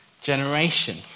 generation